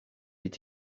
est